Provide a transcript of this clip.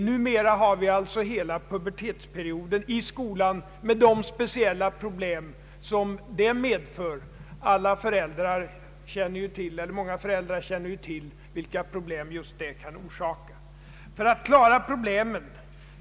Numera har man alltså hela pubertetsperioden i skolan med de speciella problem som detta medför. Många föräldrar känner ju till vilka problem det kan bli fråga om.